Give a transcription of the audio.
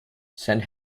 send